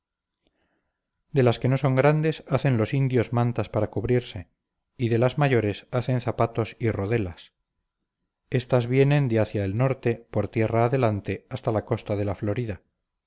de las que no son grandes hacen los indios mantas para cubrirse y de las mayores hacen zapatos y rodelas éstas vienen de hacia el norte por tierra adelante hasta la costa de la florida